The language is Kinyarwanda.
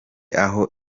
aho